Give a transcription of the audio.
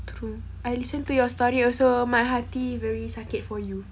true I listen to your story also my my hati very sakit for you